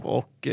och